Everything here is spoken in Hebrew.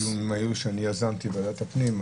היום יש לי דיון מהיר שיזמתי בוועדת הפנים.